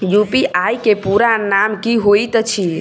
UPI केँ पूरा नाम की होइत अछि?